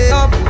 up